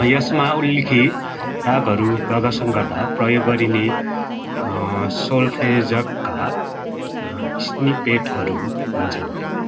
यसमा उल्लेखित रागहरू प्रदर्शन गर्दा प्रयोग गरिने सोल्फेजक्का स्निपेटहरू हुन्छन्